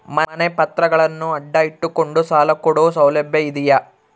ಮನೆ ಪತ್ರಗಳನ್ನು ಅಡ ಇಟ್ಟು ಕೊಂಡು ಸಾಲ ಕೊಡೋ ಸೌಲಭ್ಯ ಇದಿಯಾ?